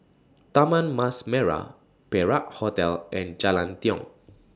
Taman Mas Merah Perak Hotel and Jalan Tiong